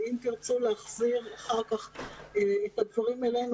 ואם תרצו להחזיר אחר כך את הדברים אלינו